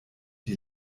die